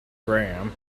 gram